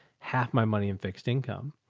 half my money in fixed income.